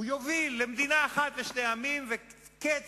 הוא יוביל למדינה אחת לשני עמים ולקץ